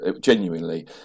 genuinely